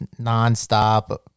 nonstop